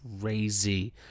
crazy